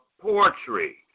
poetry